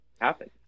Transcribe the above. happen